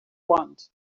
want